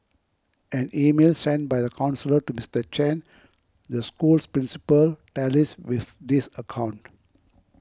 an email sent by the counsellor to Mister Chen the school's principal tallies with this account